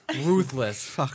Ruthless